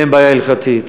ואין בעיה הלכתית.